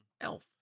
Elf